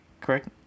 Correct